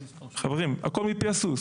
חברים, הכול מפי הסוס.